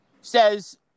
says